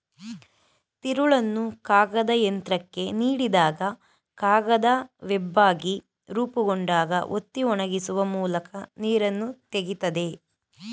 ತಿರುಳನ್ನು ಕಾಗದಯಂತ್ರಕ್ಕೆ ನೀಡಿದಾಗ ಕಾಗದ ವೆಬ್ಬಾಗಿ ರೂಪುಗೊಂಡಾಗ ಒತ್ತಿ ಒಣಗಿಸುವ ಮೂಲಕ ನೀರನ್ನು ತೆಗಿತದೆ